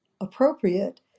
appropriate